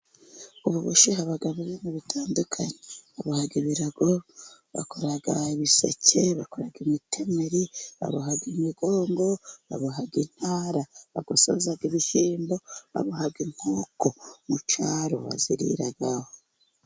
Mu buboshyi habamo ibintu bitandukanye, baboha ibirago bakora ibiseke bakora imitemeri, baboha imigongo baboha intara bagosoza ibishyimbo, baboha inkoko mu cyaro baziriraho.